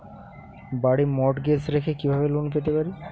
বাড়ি মর্টগেজ রেখে কিভাবে লোন পেতে পারি?